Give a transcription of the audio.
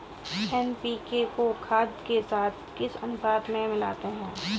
NPK को खाद के साथ किस अनुपात में मिलाते हैं?